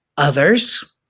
Others